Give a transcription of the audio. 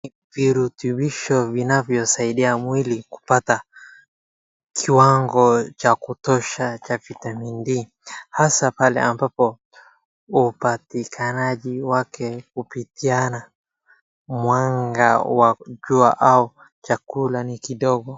Virotobisho vinavyo saidia mwili kupata kiwango cha kutosha ya vitamin D hasa pale ambapo upatikaanaji wake kupitiana mwanga wa jua auchakula ni kidogo.